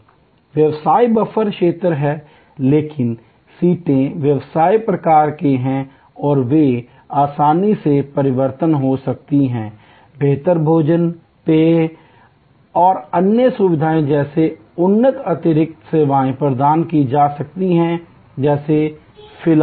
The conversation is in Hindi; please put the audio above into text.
व्यवसाय बफर क्षेत्र हैं लेकिन सीटें व्यवसाय प्रकार के हैं और वे आसानी से परिवर्तित हो सकते हैं बेहतर भोजन पेय और अन्य सुविधाओं जैसी उन्नत अतिरिक्त सेवाएं प्रदान की जाती हैं जैसे फिल्म आदि